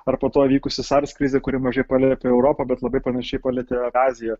ar po to įvykusi sars krizė kuri mažai palietė europą bet labai panašiai palietė aziją